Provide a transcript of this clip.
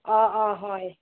অঁ অঁ হয়